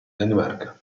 danimarca